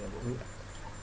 mmhmm